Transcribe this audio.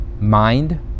mind